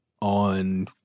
on